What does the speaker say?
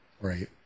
Right